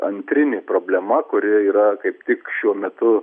antrinė problema kuri yra kaip tik šiuo metu